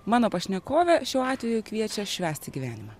mano pašnekovė šiuo atveju kviečia švęsti gyvenimą